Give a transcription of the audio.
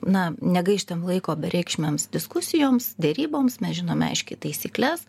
na negaištam laiko bereikšmėms diskusijoms deryboms mes žinome aiškiai taisykles